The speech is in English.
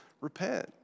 repent